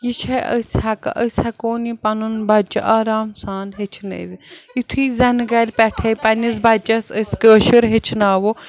یہِ چھےٚ أسۍ ہٮ۪ک أسۍ ہٮ۪کون یہِ پَنُن بَچہٕ آرام سان ہیٚچھنٲوِ یُتھٕے زَنہٕ گَرِ پٮ۪ٹھَے پنٛنِس بَچَس أسۍ کٲشُر ہیٚچھناوَو